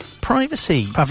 privacy